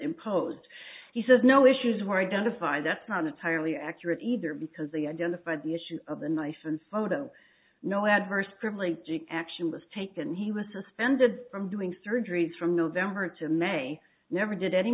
imposed he says no issues were identified that's not entirely accurate either because they identified the issue of the knife and photo no adverse primly action was taken he was suspended from doing surgeries from november to may never did any